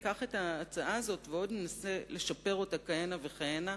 ניקח את ההצעה הזאת וננסה עוד לשפר אותה כהנה וכהנה.